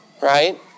Right